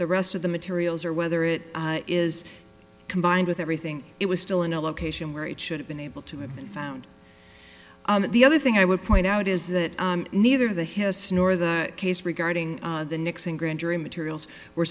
the rest of the materials or whether it is combined with everything it was still in a location where it should have been able to have been found the other thing i would point out is that neither the has nor the case regarding the nixing grand jury materials